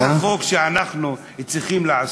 זה החוק שאנחנו צריכים לעשות.